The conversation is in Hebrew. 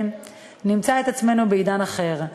ונמצא את עצמנו בעידן אחר.